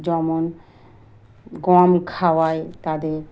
যেমন গম খাওয়ায় তাদের